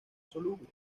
soluble